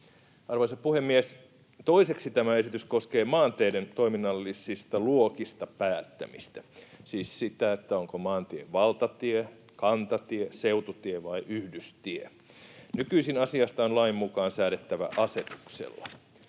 Arvoisa puhemies! Toiseksi tämä esitys koskee maanteiden toiminnallisista luokista päättämistä, siis sitä, onko maantie valtatie, kantatie, seututie vai yhdystie. Nykyisin asiasta on lain mukaan säädettävä asetuksella.